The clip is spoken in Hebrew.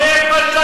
אתה, שתומך בשהידים.